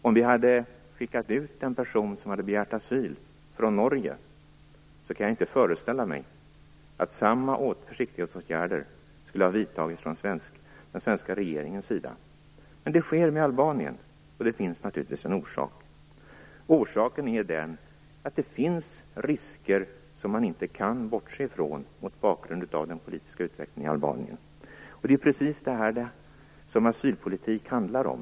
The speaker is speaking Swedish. Om vi hade skickat ut en person som hade begärt asyl från Norge kan jag inte föreställa mig att samma försiktighetsåtgärder skulle ha vidtagits från den svenska regeringens sida, men det sker när det gäller Albanien. Det finns naturligtvis en orsak. Orsaken är den, att det finns risker som man inte kan bortse ifrån mot bakgrund av den politiska utvecklingen i Det är precis detta asylpolitik handlar om.